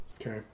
Okay